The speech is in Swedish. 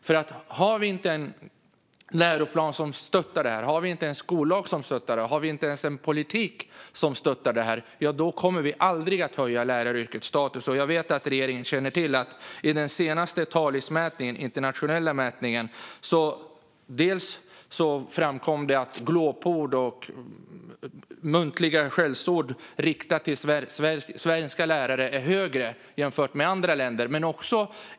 Har vi inte en läroplan som stöttar detta, har vi inte en skollag som stöttar detta och har vi inte ens en politik som stöttar detta kommer vi aldrig att höja läraryrkets status. Jag vet att regeringen känner till att det i senaste Talis, en internationell mätning, framkom bland annat att förekomsten av glåpord och muntliga skällsord riktade mot lärare är större i Sverige än i andra länder.